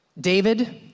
David